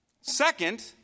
Second